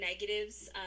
negatives